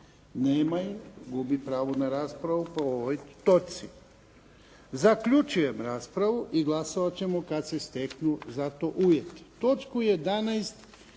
Nema je. Gubi pravo na raspravu po ovoj točki. Zaključujem raspravu i glasovat ćemo kada se steknu za to uvjeti. **Bebić,